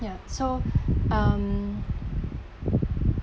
ya so um